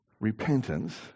repentance